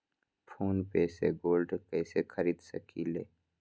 Phone पे से gold कईसे खरीद सकीले?